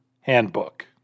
Handbook